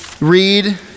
read